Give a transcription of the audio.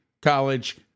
college